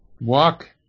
walk